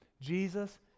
Jesus